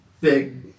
big